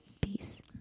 Peace